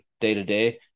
day-to-day